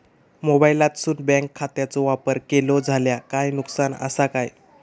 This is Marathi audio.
मोबाईलातसून बँक खात्याचो वापर केलो जाल्या काय नुकसान असा काय?